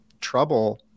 trouble